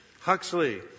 Huxley